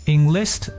Enlist